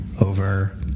over